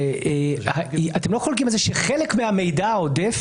אתם לא חולקים על זה שחלק מהמידע העודף